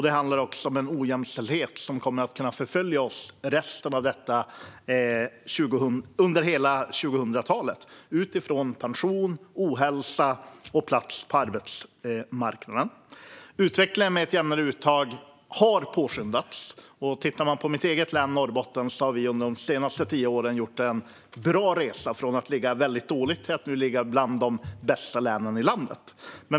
Det handlar också om en ojämställdhet som kan förfölja oss under resten av detta århundrade i sådant som pension, ohälsa och plats på arbetsmarknaden. Utvecklingen mot ett jämnare uttag har påskyndats. I mitt eget län, Norrbotten, har vi de senaste tio åren gjort en bra resa från att ligga väldigt dåligt till till att nu höra till de bästa länen i landet.